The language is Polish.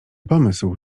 pomysł